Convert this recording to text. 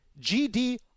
GD